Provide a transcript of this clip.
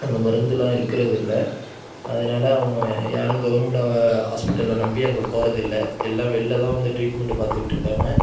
அங்கே மருந்துலாம் இருக்கிறதில்ல அதனால் அவங்க யாரும் கவர்மெண்ட் ஹாஸ்பிடலை நம்பி அங்கே போகிறதில்ல எல்லாம் வெளில தான் வந்து ட்ரீட்மெண்ட் பார்த்துக்கிட்டுருக்காங்க